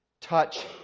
touch